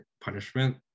punishment